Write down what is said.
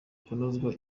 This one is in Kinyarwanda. kunozwa